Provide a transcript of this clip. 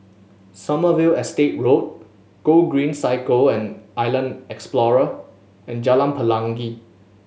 Sommerville Estate Road Gogreen Cycle and Island Explorer and Jalan Pelangi